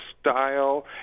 style